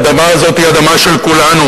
האדמה הזאת היא אדמה של כולנו,